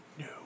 No